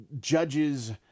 judges